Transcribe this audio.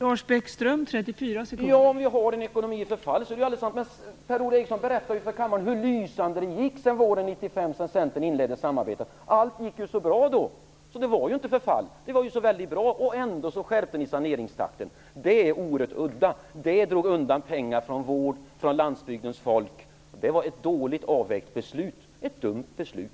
Fru talman! Om vi har en ekonomi i förfall är det alldeles sant. Men Per-Ola Eriksson berättade ju för kammaren hur lysande det gick sedan våren 1995, när Centern inledde samarbetet med regeringen. Allt gick ju så bra då. Det var inget förfall, utan det var så väldigt bra. Ändå ökade ni takten i saneringarna. Det var orätt. Det drog undan pengar från vård och från landsbygdens folk. Det var ett dåligt avvägt beslut - ett dumt beslut.